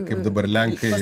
kaip dabar lenkai